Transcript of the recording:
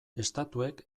estatuek